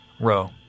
row